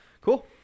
Cool